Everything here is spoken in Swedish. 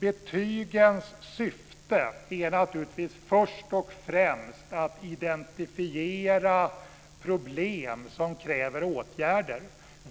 Betygens syfte är naturligtvis först och främst att identifiera problem som kräver åtgärder.